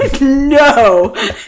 no